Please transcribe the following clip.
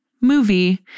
movie